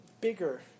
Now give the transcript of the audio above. bigger